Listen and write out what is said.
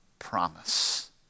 Promise